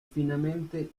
finamente